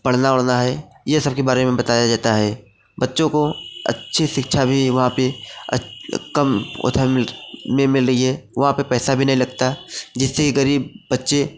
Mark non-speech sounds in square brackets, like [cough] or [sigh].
पढ़ना वढ़ना है यह सब के बारे में बताया जाता है बच्चों को अच्छी शिक्षा भी वहाँ पर अच् कम [unintelligible] में मिल रही है वहाँ पर पैसा भी नहीं लगता जिससे कि गरीब बच्चे